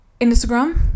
Instagram